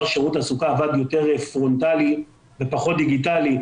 שירות התעסוקה עבד יותר פרונטלי ופחות דיגיטלי,